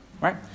right